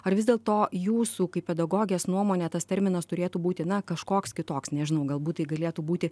ar vis dėlto jūsų kaip pedagogės nuomone tas terminas turėtų būti na kažkoks kitoks nežinau galbūt tai galėtų būti